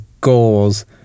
goals